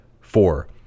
Four